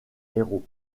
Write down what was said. héros